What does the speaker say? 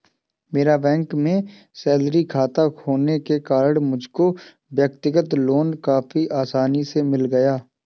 मेरा बैंक में सैलरी खाता होने के कारण मुझको व्यक्तिगत लोन काफी आसानी से मिल गया